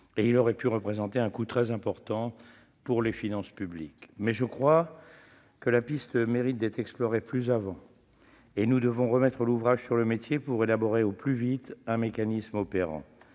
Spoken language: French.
et il aurait pu représenter un coût très important pour les finances publiques, mais je crois que la piste mérite d'être explorée plus avant. Nous devrons remettre l'ouvrage sur le métier pour élaborer au plus vite un mécanisme opérant.